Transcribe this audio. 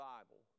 Bible